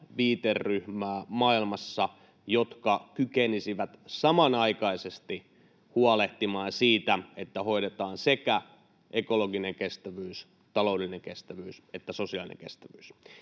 viiteryhmää maailmassa, joka kykenisi samanaikaisesti huolehtimaan siitä, että hoidetaan ekologinen kestävyys, taloudellinen kestävyys sekä sosiaalinen kestävyys.